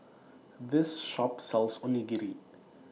This Shop sells Onigiri